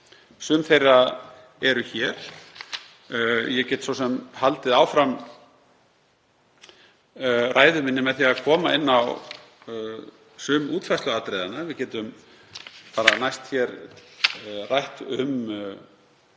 Sum þeirra eru hér. Ég get svo sem haldið áfram ræðu minni með því að koma inn á sum útfærsluatriðanna. Við getum bara næst hér rætt um